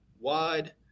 wide